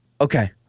Okay